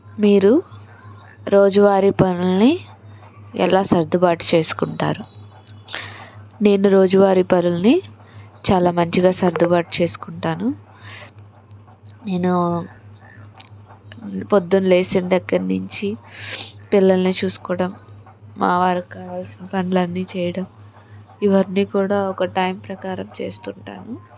మీరు రోజు వారి పనుల్ని ఎలా సర్దుబాటు చేసుకుంటారు నేను రోజువారి పనుల్ని చాలా మంచిగా సర్దుబాటు చేసుకుంటాను నేను పొద్దున లేచిన దగ్గర నుంచి పిల్లల్ని చూసుకోవడం మా వారికి కావాల్సిన పనులు అన్నీ చేయడం ఇవన్నీ కూడా ఒక టైం ప్రకారం చేస్తుంటాను